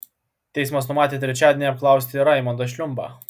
teismas numatė trečiadienį apklausti raimondą šliumbą